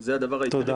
זה הדבר העיקרי.